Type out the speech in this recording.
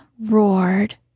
roared